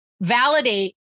validate